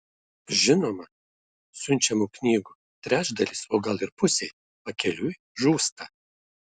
žinoma siunčiamų knygų trečdalis o gal ir pusė pakeliui žūsta